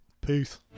Peace